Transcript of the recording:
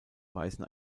weisen